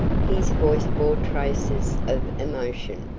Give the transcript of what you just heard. his voice bore traces of emotion,